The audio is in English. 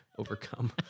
overcome